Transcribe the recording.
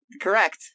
Correct